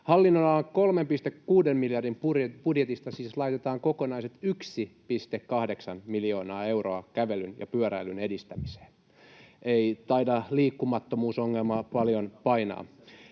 Hallinnonalan 3,6 miljardin budjetista siis laitetaan kokonaiset 1,8 miljoonaa euroa kävelyn ja pyöräilyn edistämiseen — ei taida liikkumattomuusongelma paljon painaa.